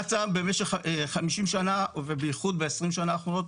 קצא"א במשך 50 שנה וביחוד ב-20 שנה האחרונות,